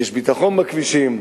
יש ביטחון בכבישים,